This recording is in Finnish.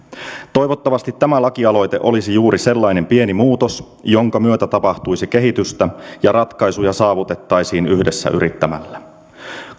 toivottavasti tämä lakialoite olisi juuri sellainen pieni muutos jonka myötä tapahtuisi kehitystä ja ratkaisuja saavutettaisiin yhdessä yrittämällä